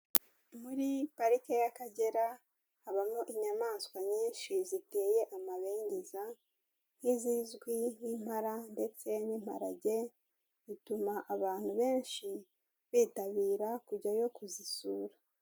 Muri parike y'Akagera habamo inyamaswa nyinshi ziteye amabengeza, nk'izizwi nk'impara ndetse n'imparage, bituma abantu benshi bitabira kujyayo kuzisura.